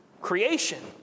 creation